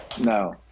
no